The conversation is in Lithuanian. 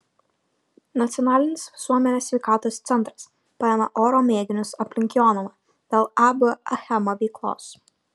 nacionalinis visuomenės sveikatos centras paėmė oro mėginius aplink jonavą dėl ab achema veiklos